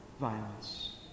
violence